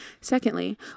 Secondly